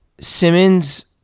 Simmons